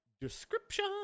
description